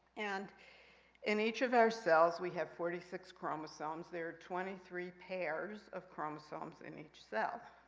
and in each of our cells we have forty six chromosomes. there are twenty three pairs of chromosomes in each cell.